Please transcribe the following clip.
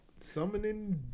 summoning